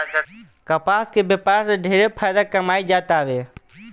कपास के व्यापार से ढेरे फायदा कमाईल जातावे